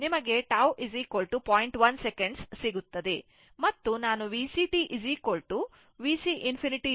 1 second ಸಿಗುತ್ತದೆ ಮತ್ತು ನಾನು VCt VC ∞180 Volt ಎಂದು ಲೆಕ್ಕ ಹಾಕಿದ್ದೇನೆ